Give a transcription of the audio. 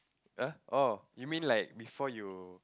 uh oh you mean like before you